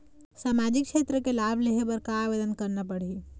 सामाजिक क्षेत्र के लाभ लेहे बर का आवेदन करना पड़ही?